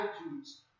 attitudes